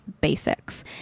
basics